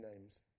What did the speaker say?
names